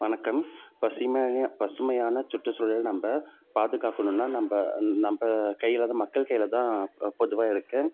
வணக்கம் பசிமையான பசுமையான சுற்றுச்சூழல் நம்ம பாதுகாக்கணுன்னால் நம்ம நம்ம கையில்தான் மக்கள் கையில்தான் பொதுவாக இருக்குது